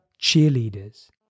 cheerleaders